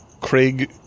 Craig